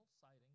sighting